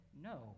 No